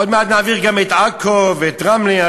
עוד מעט נעביר גם את עכו ואת רמלה.